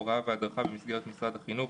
הוראה והדרכה במסגרת משרד החינוך,